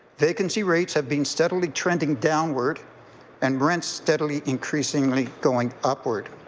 vacancy rates have been steadily trending downward and rents steadily increasing like going upward.